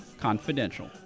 Confidential